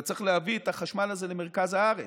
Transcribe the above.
אתה צריך להביא את החשמל הזה למרכז הארץ.